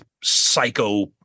psycho